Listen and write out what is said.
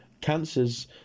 cancers